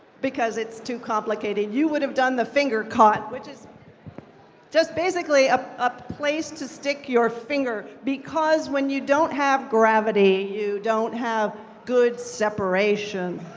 because it's too complicated. you would have done the finger caught, which is just basically ah a place to stick your finger. because when you don't have gravity, you don't have good separation.